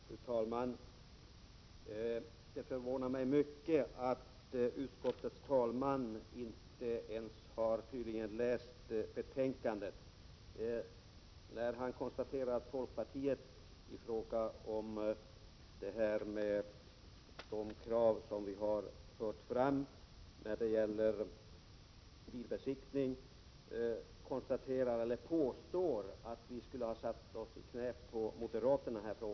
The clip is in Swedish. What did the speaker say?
Fru talman! Det förvånar mig mycket att utskottets talesman tydligen inte ens har läst betänkandet. Sten-Ove Sundström påstår nämligen att folkpartiet har satt sig i knät på moderaterna när det gäller frågan om de krav som vi har fört fram beträffande bilbesiktningen.